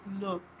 look